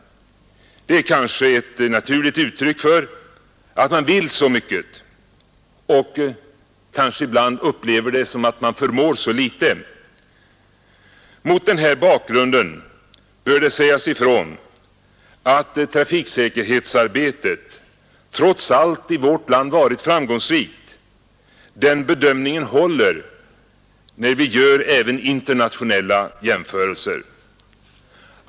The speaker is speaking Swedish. Det är kanske ett naturligt uttryck för att man vill så mycket och ibland upplever det som att man förmår så litet. Mot den här bakgrunden bör det sägas ifrån att trafiksäkerhetsarbetet trots allt i vårt land varit framgångsrikt. Den bedömningen håller även när vi gör internationella jämförelser.